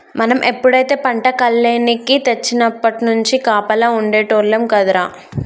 మనం ఎప్పుడైతే పంట కల్లేనికి తెచ్చినప్పట్నుంచి కాపలా ఉండేటోల్లం కదరా